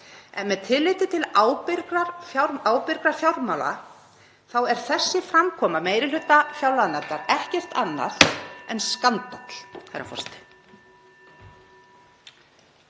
Með tilliti til ábyrgra fjármála er þessi framkoma meiri hluta fjárlaganefndar ekkert annað en skandall,